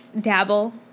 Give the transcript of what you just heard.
dabble